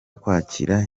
kwakira